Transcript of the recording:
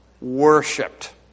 worshipped